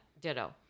ditto